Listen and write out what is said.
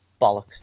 bollocks